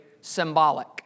symbolic